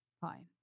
Fine